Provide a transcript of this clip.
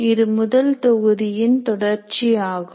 இது முதல் தொகுதியின் தொடர்ச்சி ஆகும்